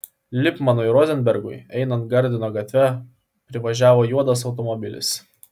lipmanui rozenbergui einant gardino gatve privažiavo juodas automobilis